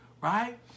right